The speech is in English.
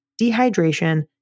dehydration